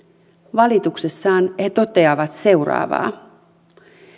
valituksessaan he toteavat seuraavaa